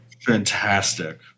Fantastic